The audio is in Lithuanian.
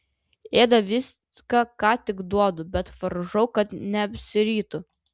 ėda viską ką tik duodu bet varžau kad neapsirytų